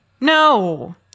No